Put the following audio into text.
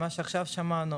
מה ששמענו עכשיו,